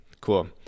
cool